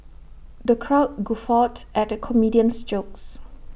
the crowd guffawed at the comedian's jokes